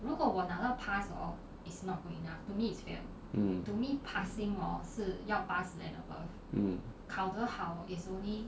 mm mm